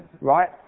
Right